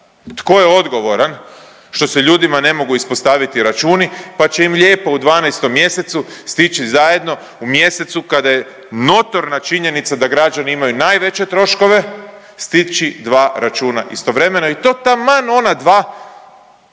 Tko je odgovoran što se ljudima ne mogu ispostaviti računi pa će im lijepo stići u dvanaestom mjesecu stići zajedno, u mjesecu kada je notorna činjenica da građani imaju najveće troškove stići dva računa istovremeno i to taman ona dva